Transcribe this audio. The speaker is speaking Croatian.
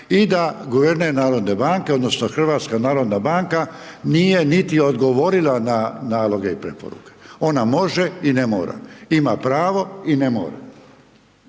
i da guverner narodne banke, odnosno HNB nije niti odgovorila na naloge i preporuke. Ona može i ne mora. Ima pravo i ne mora.